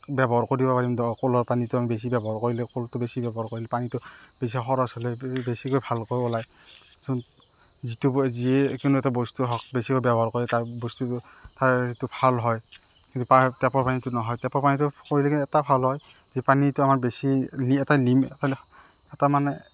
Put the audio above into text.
ব্যৱহাৰ কৰিব পাৰিম কলৰ পানীটো আমি বেছি ব্যৱহাৰ কৰিলে কলটো বেছি ব্যৱহাৰ কৰিলে পানীটো বেছি খৰচ হ'লে বেছিকৈ ভালকৈ ওলায় যোন যিটো যিয়ে কোনো এটা বস্তুৱে হওক বেছিকৈ ব্যৱহাৰ কৰিলে তাৰ বস্তুটো ভাল হয় কিন্তু টেপৰ পানীটো নহয় টেপৰ পানীটো ব্যৱহাৰ কৰিলে এটা ভাল হয় যে পানীটো আমি বেছি এটা মানে